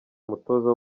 umutoza